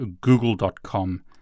google.com